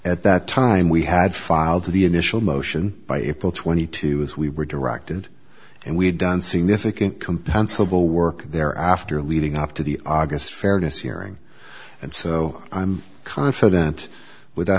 at that time we had filed the initial motion by april twenty two as we were directed and we had done significant compensable work there after leading up to the august fairness hearing and so i'm confident without